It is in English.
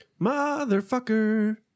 Motherfucker